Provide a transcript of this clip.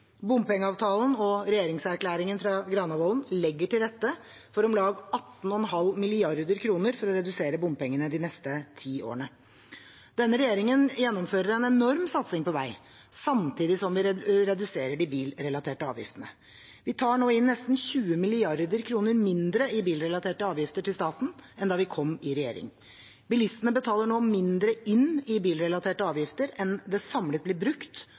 Bompengeavtalen og regjeringsplattformen fra Granavolden legger til rette for om lag 18,5 mrd. kr for å redusere bompengene de neste ti årene. Denne regjeringen gjennomfører en enorm satsing på vei, samtidig som vi reduserer de bilrelaterte avgiftene. Vi tar nå inn nesten 20 mrd. kr mindre i bilrelaterte avgifter til staten enn da vi kom i regjering. Bilistene betaler nå mindre inn i bilrelaterte avgifter enn det samlet blir brukt